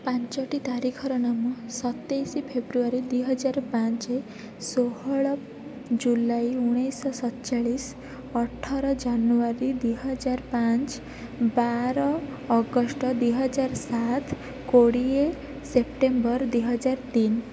ପାଞ୍ଚଟି ତାରିଖର ନାମ ସତେଇଶି ଫେବୃଆରୀ ଦୁଇ ହଜାର ପାଞ୍ଚେ ଷୋହଳ ଜୁଲାଇ ଉଣେଇଶହ ସତଚାଳିଶ ଅଠର ଜାନୁଆରୀ ଦୁଇ ହଜାର ପାଞ୍ଚ ବାର ଅଗଷ୍ଟ ଦୁଇ ହଜାର ସାତ କୋଡ଼ିଏ ସେପ୍ଟେମ୍ବର ଦୁଇ ହଜାର ତିନ